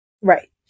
Right